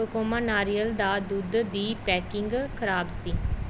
Cocomama ਨਾਰੀਅਲ ਦਾ ਦੁੱਧ ਦੀ ਪੈਕਿੰਗ ਖ਼ਰਾਬ ਸੀ